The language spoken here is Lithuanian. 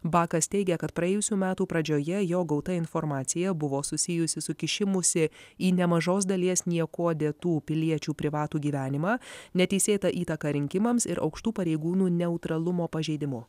bakas teigia kad praėjusių metų pradžioje jo gauta informacija buvo susijusi su kišimusi į nemažos dalies niekuo dėtų piliečių privatų gyvenimą neteisėtą įtaką rinkimams ir aukštų pareigūnų neutralumo pažeidimu